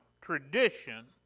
tradition